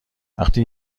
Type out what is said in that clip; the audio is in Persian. وقتی